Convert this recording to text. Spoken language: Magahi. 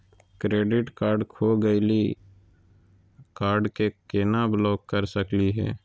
क्रेडिट कार्ड खो गैली, कार्ड क केना ब्लॉक कर सकली हे?